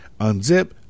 Unzip